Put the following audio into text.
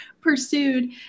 pursued